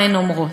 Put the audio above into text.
מה הן אומרות.